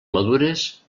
madures